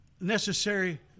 necessary